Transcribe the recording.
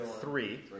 Three